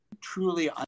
truly